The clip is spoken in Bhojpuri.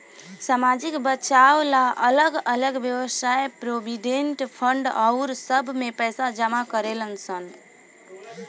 सामाजिक बचाव ला अलग अलग वयव्साय प्रोविडेंट फंड आउर सब में पैसा जमा करेलन सन